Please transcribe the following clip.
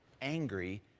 angry